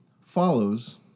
follows